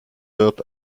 wird